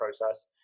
process